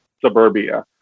suburbia